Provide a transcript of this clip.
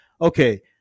Okay